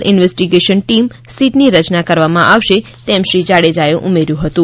investigation team સીટની રયના કરવામાં આવશે તેમ શ્રી જાડેજા એ ઉમેર્યું હતું